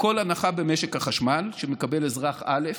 שכל הנחה במשק החשמל שמקבל אזרח א',